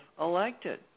elected